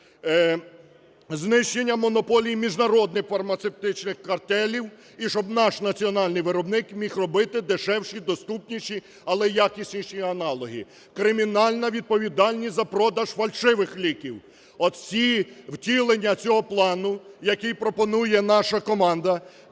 Знищення монополії міжнародних фармацевтичних картелів, і щоб наш національний виробник міг робити дешевші, доступніші, але якісніші аналоги. Кримінальна відповідальність за продаж фальшивих ліків. Оці, втілення цього плану, який пропонує наша команда,